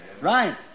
Right